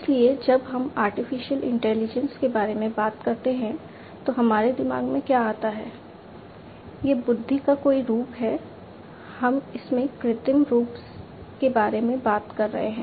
इसलिए जब हम आर्टिफिशियल इंटेलिजेंस के बारे में बात करते हैं तो हमारे दिमाग में क्या आता है यह बुद्धि का कोई रूप है हम इसके कृत्रिम रूप के बारे में बात कर रहे हैं